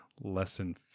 lesson